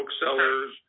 booksellers